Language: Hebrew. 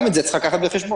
גם את זה צריך לקחת בחשבון.